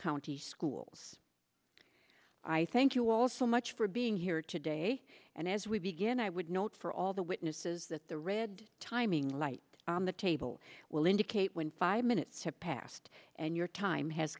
county schools i thank you all so much for being here today and as we begin i would note for all the witnesses that the red timing light on the table will indicate when five minutes have passed and your time has